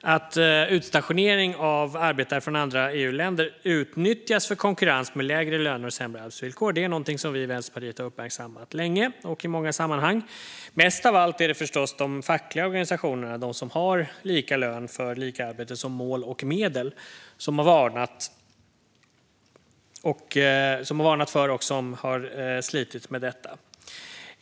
att utstationering av arbetare från andra EU-länder utnyttjas för konkurrens med lägre löner och sämre arbetsvillkor är någonting som vi i Vänsterpartiet har uppmärksammat länge och i många sammanhang. Mest av allt är det förstås de fackliga organisationerna - de som har lika lön för lika arbete som mål och medel - som har varnat för och slitit med detta.